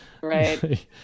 right